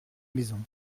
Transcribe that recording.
maison